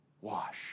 Wash